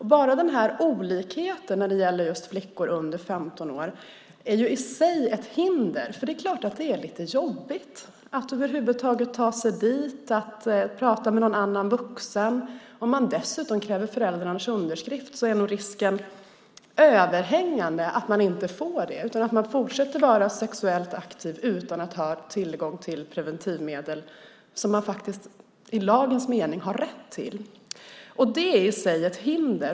Enbart olikheten när det gäller flickor under 15 år är i sig ett hinder. Det är klart att det är lite jobbigt att över huvud taget ta sig dit och att prata med en annan vuxen. Om man dessutom kräver föräldrarnas underskrift är nog risken överhängande att de inte får det utan att flickorna fortsätter att vara sexuellt aktiva utan att ha tillgång till preventivmedel, som är något som de i lagens mening har rätt till. Det är i sig ett hinder.